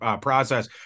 process